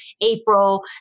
April